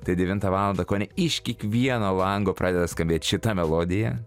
tai devintą valandą kone iš kiekvieno lango pradeda skambėt šita melodija